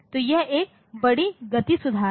तो यह एक बड़ी गति सुधार है